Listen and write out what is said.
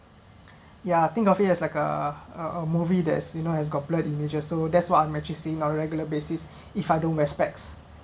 ya think of it as like a a movie there's you know has got blurred images so that's what I met you see now regular basis if I don't wear specs